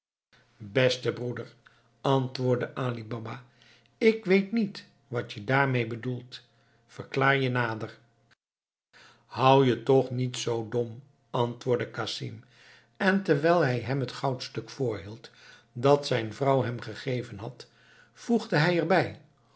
beste broeder antwoordde ali baba ik weet niet wat je daarmee bedoelt verklaar je nader hou je toch niet zoo dom antwoordde casim en terwijl hij hem het goudstuk voorhield dat zijn vrouw hem gegeven had voegde hij erbij